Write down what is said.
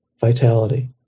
vitality